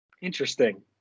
Interesting